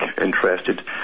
interested